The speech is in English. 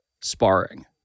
sparring